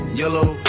yellow